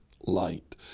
light